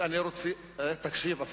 אני עוד